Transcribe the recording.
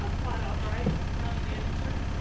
um quad albright county manager,